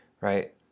right